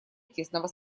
тесного